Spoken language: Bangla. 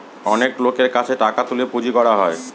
অনেক লোকের কাছে টাকা তুলে পুঁজি করা হয়